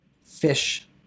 fish